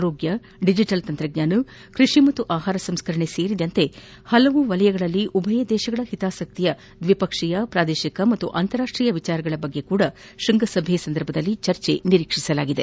ಆರೋಗ್ಯ ಡಿಜಿಟಲ್ ತಂತ್ರಜ್ಞಾನ ಕೃಷಿ ಮತ್ತು ಆಹಾರ ಸಂಸ್ತರಣೆ ಸೇರಿದಂತೆ ವಿವಿಧ ವಲಯಗಳಲ್ಲಿ ಉಭಯ ದೇಶಗಳ ಹಿತಾಸಕ್ತಿಯ ದ್ವಿಪಕ್ಷೀಯ ಪ್ರಾದೇಶಿಕ ಮತ್ತು ಅಂತಾರಾಷ್ಷೀಯ ವಿಷಯಗಳ ಕುರಿತು ಸಹ ಶ್ವಂಗಸಭೆ ಸಂದರ್ಭದಲ್ಲಿ ಚರ್ಚೆ ನಿರೀಕ್ಷಿಸಲಾಗಿದೆ